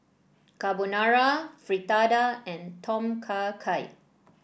Carbonara Fritada and Tom Kha Gai